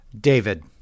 David